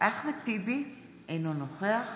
אחמד טיבי, אינו נוכח